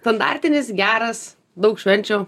standartinis geras daug švenčių